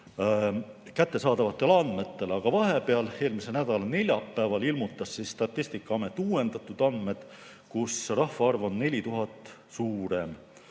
kättesaadavatele andmetele, aga vahepeal, eelmise nädala neljapäeval, ilmutas Statistikaamet uuendatud andmed: rahvaarv on 4000 võrra